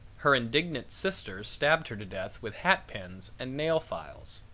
her indignant sisters stabbed her to death with hat pins and nail-files.